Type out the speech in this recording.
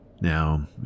Now